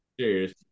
Cheers